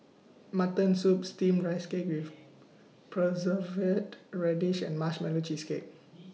Mutton Soup Steamed Rice Cake with Preserved Radish and Marshmallow Cheesecake